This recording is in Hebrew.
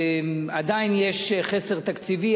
עדיין יש חסר תקציבי.